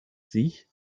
sich